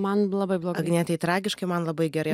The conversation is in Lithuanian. man labai blogai agnietei tragiškai man labai gerai